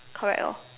correct lor